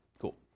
Cool